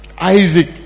Isaac